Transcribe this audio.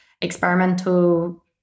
experimental